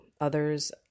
Others